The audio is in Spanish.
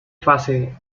fase